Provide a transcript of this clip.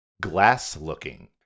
glass-looking